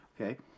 okay